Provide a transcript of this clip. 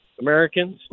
Americans